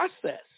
process